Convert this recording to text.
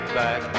back